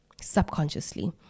subconsciously